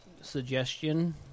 suggestion